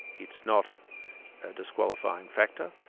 it's not a disqualifying factor,